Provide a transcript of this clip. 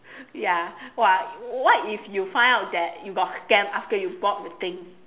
ya !wah! what if you found out that you got scam after you bought the thing